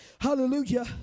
HALLELUJAH